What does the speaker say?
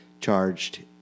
charged